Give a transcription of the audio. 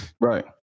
Right